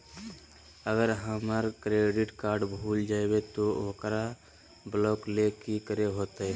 अगर हमर credit card भूल जइबे तो ओकरा ब्लॉक लें कि करे होते?